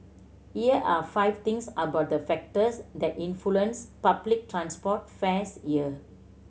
here are five things about the factors that influence public transport fares here